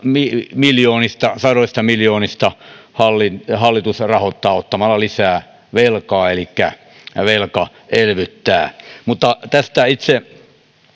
sadoista miljoonista hallitus hallitus rahoittaa ottamalla lisää velkaa elikkä velkaelvyttää mutta tästä itse